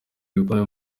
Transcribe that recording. bikomeye